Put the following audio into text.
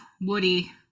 Woody